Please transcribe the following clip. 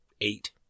eight